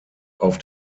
auf